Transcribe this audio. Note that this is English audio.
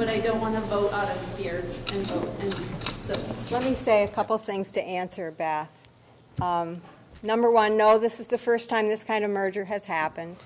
but i don't want to vote here so let me say a couple things to answer bad number one no this is the first time this kind of merger has happened